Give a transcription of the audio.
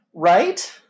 Right